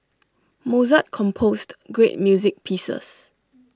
Mozart composed great music pieces